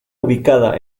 ubicada